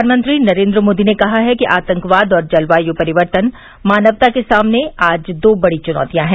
प्रधानमंत्री नरेन्द्र मोदी ने कहा है कि आतंकवाद और जलवायु परिवर्तन मानवता के सामने आज दो बडी चुनौतियां हैं